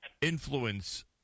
influence